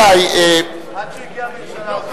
עד שהגיעה הממשלה הזאת.